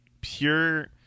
pure